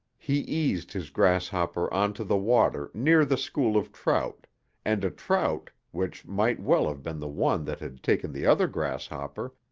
he eased his grasshopper onto the water near the school of trout and a trout, which might well have been the one that had taken the other grasshopper,